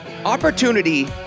opportunity